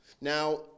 Now